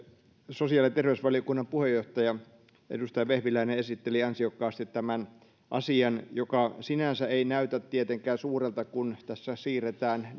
sosiaali ja terveysvaliokunnan puheenjohtaja edustaja vehviläinen esitteli ansiokkaasti tämän asian joka sinänsä ei näytä tietenkään suurelta kun tässä siirretään